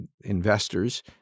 investors